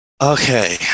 Okay